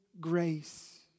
grace